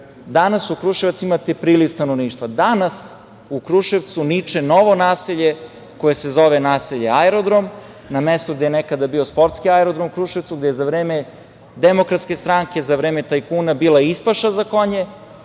danas u Kruševcu imate priliv stanovništva, danas u Kruševcu niče novo naselje koje se zove „Naselje aerodrom“. Na mestu gde je nekada bio sportski aerodrom u Kruševcu, gde je za vreme DS, za vreme tajkuna bila ispaša za konje,